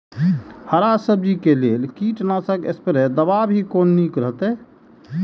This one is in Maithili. हरा सब्जी के लेल कीट नाशक स्प्रै दवा भी कोन नीक रहैत?